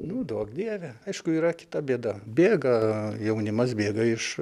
nu duok dieve aišku yra kita bėda bėga jaunimas bėga iš